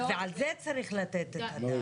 ועל זה צריך לתת את הדעת.